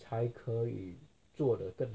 才可以做的更